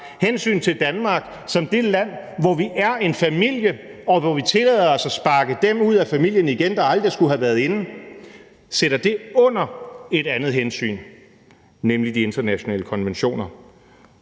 hensynet til Danmark som det land, hvor vi er en familie, og hvor vi tillader os at sparke dem ud af familien igen, der aldrig skulle have været inde, under et andet hensyn, nemlig de internationale konventioner.